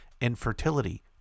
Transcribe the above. infertility